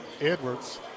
Edwards